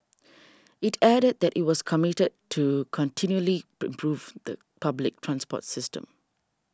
it added that it was committed to continually improving the public transport system